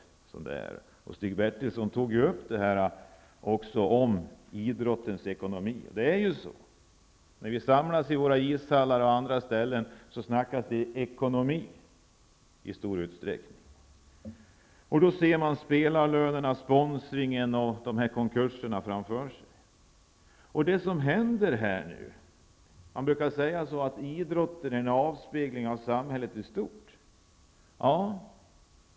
Stig Bertilsson tog också upp frågan om idrottens ekonomi. När vi samlas i våra ishallar och på andra ställen talas det i stor utsträckning ekonomi. Man ser framför sig spelarlönerna, sponsring och konkurserna. Man brukar säga att idrotten är en avspegling av samhället i stort.